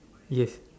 yes